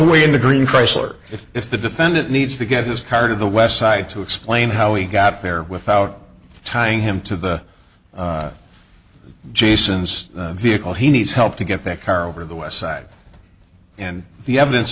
away in the green chrysler if if the defendant needs to get his part of the west side to explain how he got there without tying him to the jason's vehicle he needs help to get that car over the westside and the evidence